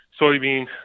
soybean